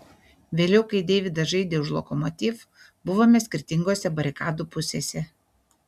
vėliau kai deividas žaidė už lokomotiv buvome skirtingose barikadų pusėse